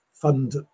fund